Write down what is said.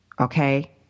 Okay